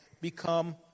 become